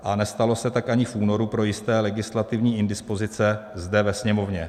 A nestalo se tak ani v únoru pro jisté legislativní indispozice zde ve Sněmovně.